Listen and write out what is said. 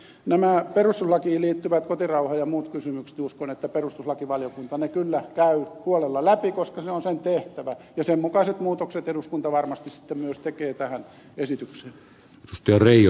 uskon että perustuslakivaliokunta kyllä käy nämä perustuslakiin liittyvät kotirauha ja muut kysymykset uskon että perustuslakivaliokunta me kyllä käy huolella läpi koska se on sen tehtävä ja sen mukaiset muutokset eduskunta varmasti sitten myös tekee tähän esitykseen